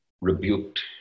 rebuked